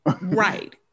Right